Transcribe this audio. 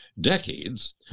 decades